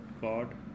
God